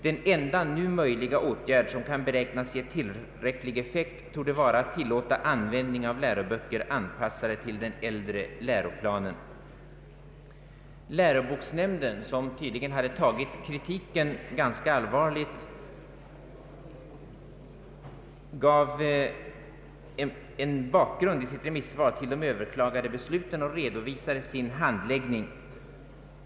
Den enda nu möjliga åtgärd, som kan beräknas ge tillräcklig effekt, torde vara att tillåta användning av läroböcker anpassade till den äldre läroplanen.” Läroboksnämnden, som tydligen ha de tagit kritiken ganska allvarligt, gav en bakgrund till sitt remissvar angående de överklagade besluten och redovisade sin handläggning.